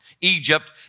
Egypt